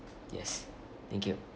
yes thank you